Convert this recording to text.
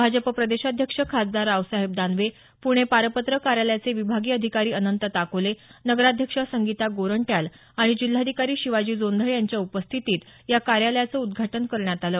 भाजप प्रदेशाध्यक्ष खासदार रावसाहेब दानवे पुणे पारपत्र कार्यालयाचे विभागीय अधिकारी अनंत ताकोले नगराध्यक्षा संगीता गोरंट्याल आणि जिल्हाधिकारी शिवाजी जोंधळे यांच्या उपस्थितीत या कार्यलयाचं उद्घाटन करण्यात आलं